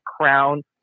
Crown